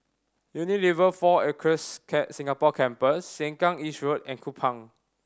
Unilever Four Acres Singapore Campus Sengkang East Road and Kupang